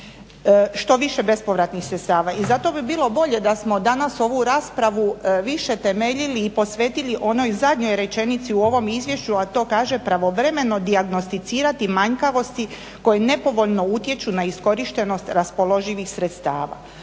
što više bespovratnih sredstava. I zato bi bilo bolje da smo danas ovu raspravu više temeljili i posvetili onoj zadnjoj rečenici u ovom izvješću, a to kaže pravovremeno dijagnosticirati manjkavosti koje nepovoljno utječu na iskorištenost raspoloživih sredstava.